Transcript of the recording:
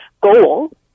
goal